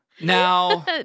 Now